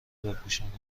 بپوشانند